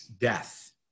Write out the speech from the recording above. death